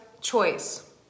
choice